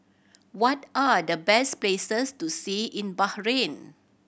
what are the best places to see in Bahrain